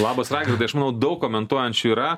labas raigardai aš manau daug komentuojančių yra